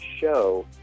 show